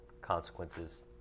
consequences